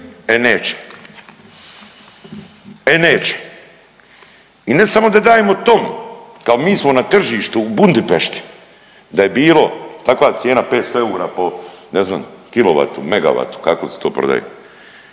E neće, e neće. I ne samo da dajemo … kao mi smo na tržištu u Budimpešti da je bilo takva cijena 500 eura po ne znam kilovatu, megawatu kako li se to prodaje.